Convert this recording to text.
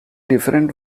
different